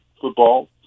football